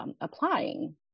applying